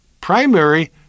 primary